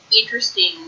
interesting